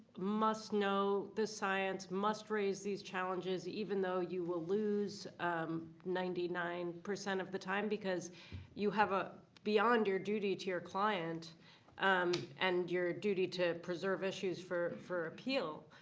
must know the science, must raise these challenges, even though you will lose ninety nine percent percent of the time. because you have, ah beyond your duty to your client um and your duty to preserve issues for for appeal,